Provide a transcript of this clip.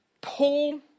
Paul